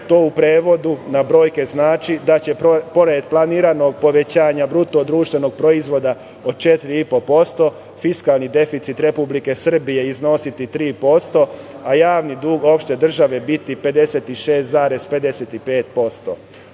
To u prevodu na brojke znači da će pored planiranog povećanja BDP-a od 4,5% fiskalni deficit Republike Srbije iznositi 3%, a javni dug opšte države biti